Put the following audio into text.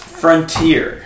frontier